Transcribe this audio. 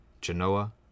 Genoa